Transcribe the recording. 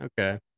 Okay